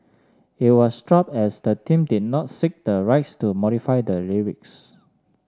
it was dropped as the team did not seek the rights to modify the lyrics